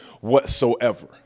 whatsoever